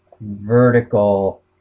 vertical